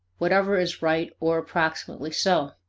whatever is right or approximately so.